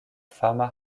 fama